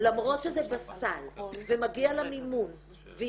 למרות שזה בסל ומגיע לה מימון והיא